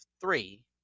three